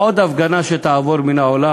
עוד הפגנה שתעבור מן העולם,